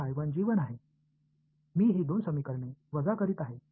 எனவே எனக்கு இருக்கும் இந்த இரண்டு சமன்பாடுகளையும் கழிக்கிறேன்